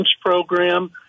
Program